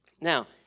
Now